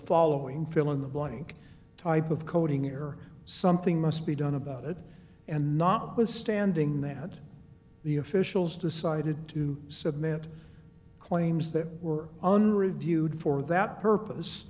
following fill in the morning type of coding or something must be done about it and notwithstanding that the officials decided to submit claims that were on reviewed for that purpose